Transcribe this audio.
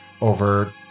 over